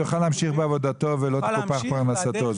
הוא יוכל להמשיך בעבודתו ולא תקופח פרנסתו.